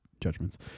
judgments